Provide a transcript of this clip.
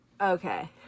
Okay